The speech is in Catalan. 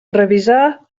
revisar